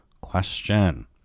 question